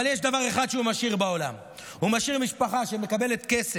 אבל יש דבר אחד שהוא משאיר בעולם: הוא משאיר משפחה שמקבלת כסף.